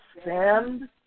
stand